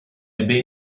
ebbe